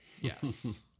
Yes